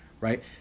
right